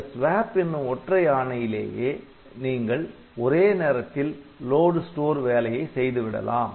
இந்த SWAP என்னும் ஒற்றை ஆணையிலேயே நீங்கள் ஒரே நேரத்தில் லோடு ஸ்டோர் வேலையை செய்துவிடலாம்